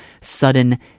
sudden